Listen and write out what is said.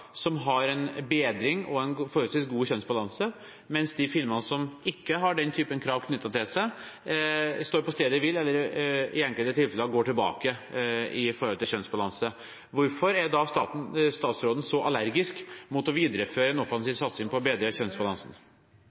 som har en bedring og en forholdsvis god kjønnsbalanse, mens de filmene som ikke har den typen krav knyttet til seg, står på stedet hvil eller i enkelte tilfeller går tilbake i forhold til kjønnsbalanse. Hvorfor er statsråden så allergisk mot å videreføre en offensiv satsing på å bedre kjønnsbalansen?